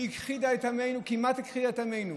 שהכחידה את עמנו, כמעט הכחידה את עמנו.